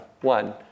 one